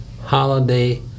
Holiday